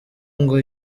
ngo